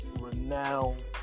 renowned